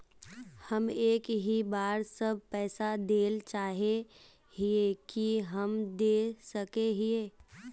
हम एक ही बार सब पैसा देल चाहे हिये की हम दे सके हीये?